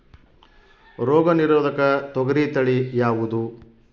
ರೋಗ ನಿರೋಧಕ ತೊಗರಿ ತಳಿ ಯಾವುದು?